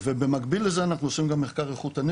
ובמקביל לזה אנחנו עושים גם מחקר איכותני